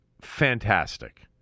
fantastic